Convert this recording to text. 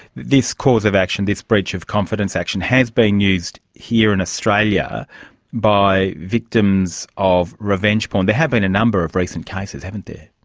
this cause of action, this breach of confidence action has been used here in australia by victims of revenge porn. there have been a number of recent cases, haven't there.